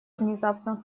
внезапно